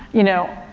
you know,